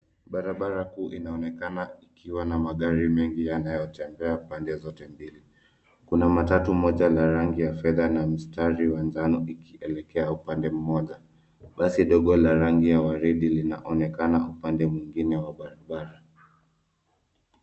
Barabara kuu inaonekana ikiwa na magari mengi yanayotembea pande zote mbili. Kuna matatu moja la rangi ya fedha na mstari wa njano ikielekea upande mmoja. Basi dogo la rangi ya waridi linaonekana upande mwingine wa barabara.